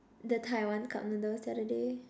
the Taiwan cup noodles the other day